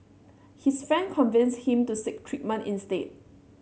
his friends convinced him to seek treatment instead